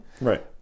Right